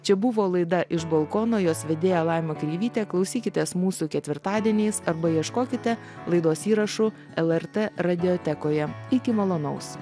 čia buvo laida iš balkono jos vedėja laima kreivytė klausykitės mūsų ketvirtadieniais arba ieškokite laidos įrašų lrt radiotekoje iki malonaus